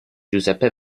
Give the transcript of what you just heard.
giuseppe